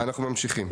אנחנו ממשיכים.